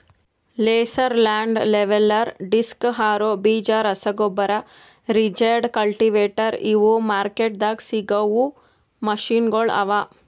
laser land leveller, disc harrow, ಬೀಜ ರಸಗೊಬ್ಬರ, rigid, cultivator ಇವು ಮಾರ್ಕೆಟ್ದಾಗ್ ಸಿಗವು ಮೆಷಿನಗೊಳ್ ಅವಾ